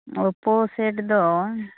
Oppo set ᱫᱚ